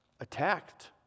attacked